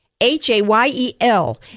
H-A-Y-E-L